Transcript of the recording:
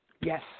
Yes